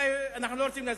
אנחנו לא רוצים להזכיר,